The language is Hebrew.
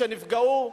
שנפגעו,